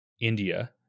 India